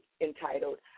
entitled